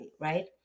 right